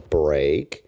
break